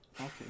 Okay